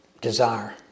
desire